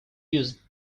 use